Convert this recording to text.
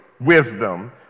wisdom